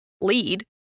lead